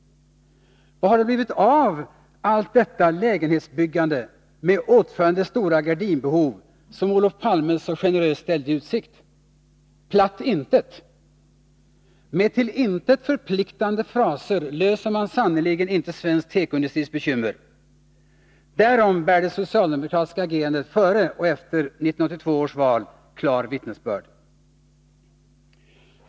Vad har det blivit av allt detta lägenhetsbyggande, med åtföljande stora gardinbehov, som Olof Palme så generöst ställde i utsikt? Platt intet. Med till intet förpliktande fraser löser man sannerligen inte svensk tekoindustris bekym mer. Därom bär det socialdemokratiska agerandet före och efter 1982 års val klart vittnesbörd.